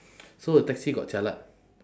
so the taxi got jialat